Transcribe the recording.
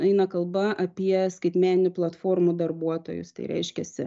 eina kalba apie skaitmeninių platformų darbuotojus tai reiškiasi